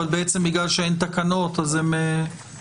אבל בעצם בגלל שאין תקנות אז הם בחוץ,